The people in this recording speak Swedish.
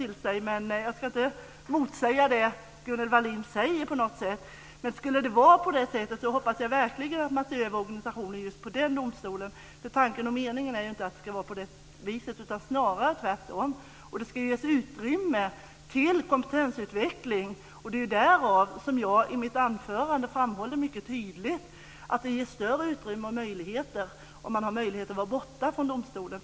Jag ska inte på något sätt motsäga det Gunnel Wallin säger, men skulle det vara så hoppas jag verkligen att man ser över organisationen på den domstolen. Tanken och meningen är inte att det ska vara på det viset, snarare tvärtom. Det ska ges utrymme för kompetensutveckling. Det är därför jag i mitt anförande mycket tydligt framhåller att det ges större utrymme och möjligheter och att man har möjlighet att vara borta från domstolen.